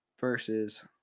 versus